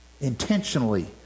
intentionally